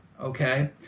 okay